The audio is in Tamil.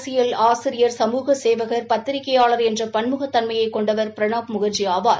அரசியல் ஆசிரியா் சமூக சேவகள் பத்திரிகையாள் என்ற பன்முகத் தன்மையை கொண்டவா் பிரணாப் முகா்ஜி ஆவார்